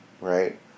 right